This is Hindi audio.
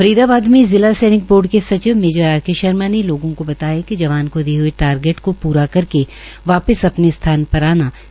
फरीदाबाद में जिला सैनिक बोर्ड के सचिव मेजर आर के शर्मा ने लोगों को बताया कि जवान को दिए गए टारगेट को पूरा करके वापिस अपने स्थान पर आना सर्जिकल स्ट्राईक होता है